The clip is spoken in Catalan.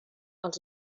els